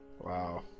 Wow